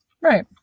Right